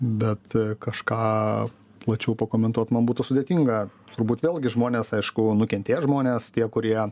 bet kažką plačiau pakomentuot man būtų sudėtinga turbūt vėlgi žmonės aišku nukentėję žmonės tie kurie